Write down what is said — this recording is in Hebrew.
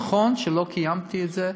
נכון שלא קיימתי את זה,